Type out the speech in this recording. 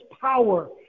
power